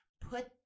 put